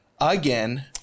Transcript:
again